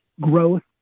growth